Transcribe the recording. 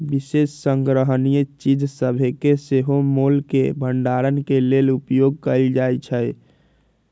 विशेष संग्रहणीय चीज सभके सेहो मोल के भंडारण के लेल उपयोग कएल जाइ छइ